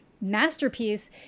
masterpiece